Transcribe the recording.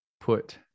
put